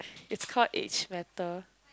it's called age matter